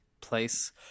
place